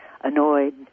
annoyed